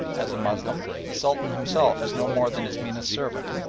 as a moslem the sultan himself is no more than his meanest servant.